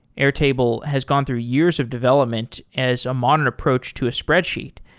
airtable has gone through years of development as a modern approach to a spreadsheet.